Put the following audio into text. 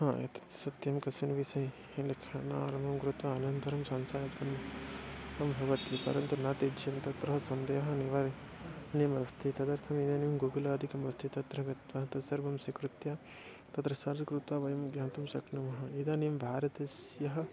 हा एतत् सत्यं कस्मिन् विषये लेखनादारम्भं कृत्वा अनन्तरं समस्यादिकं भवति परन्तु न त्यज्यं तत्रः सन्देहः निवारितं निमस्ति तदर्थम् इदानीं गुगलादिकम् अस्ति तत्र गत्वा तस्सर्वं स्वीकृत्य तत्र सर् कृत्वा वयं ज्ञातुं शक्नुमः इदानीं भारतस्य